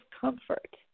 comfort